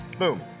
Boom